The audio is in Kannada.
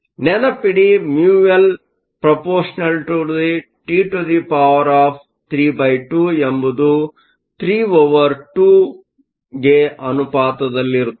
ನೆನಪಿಡಿ μI α T32 ಎಂಬುದು 3 ಒವರ್ 2 ರ ಅನುಪಾತದಲ್ಲಿರುತ್ತದೆ